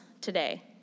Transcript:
today